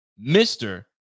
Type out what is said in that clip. Mr